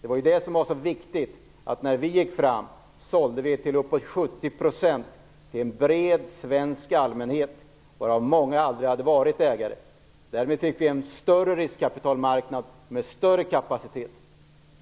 Det var det som var så viktigt när den borgerliga regeringen gick fram. Vi sålde upp till 70 % till en bred svensk allmänhet, varav många människor aldrig hade varit ägare. Därmed fick vi en större riskkapitalmarknad med större kapacitet.